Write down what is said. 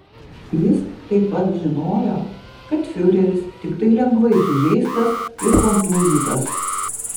jis taip pat žinojo kad fiureris tiktai lengvai sužeistas ir kontūzytas